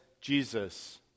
Jesus